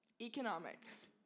economics